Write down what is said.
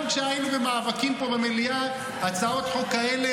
גם כשהיינו במאבקים פה במליאה על הצעות החוק האלה,